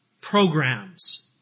Programs